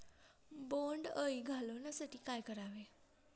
बोंडअळी घालवण्यासाठी काय करावे?